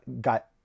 got